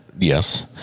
Yes